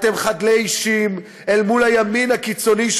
אתם חדלי אישים אל מול הימין הקיצוני,